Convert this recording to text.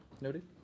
noted